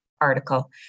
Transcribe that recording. article